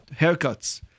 Haircuts